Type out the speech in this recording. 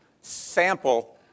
sample